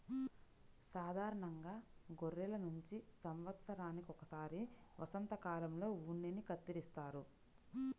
సాధారణంగా గొర్రెల నుంచి సంవత్సరానికి ఒకసారి వసంతకాలంలో ఉన్నిని కత్తిరిస్తారు